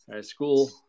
School